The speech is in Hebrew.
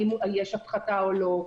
אם יש הפחתה או לא,